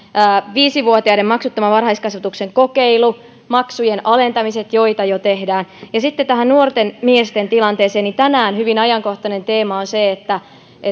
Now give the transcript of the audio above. viisi vuotiaiden maksuttoman varhaiskasvatuksen kokeilu maksujen alentamiset joita jo tehdään ja sitten tähän nuorten miesten tilanteeseen tänään hyvin ajankohtainen teema on se että